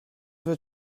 wird